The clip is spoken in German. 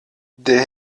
der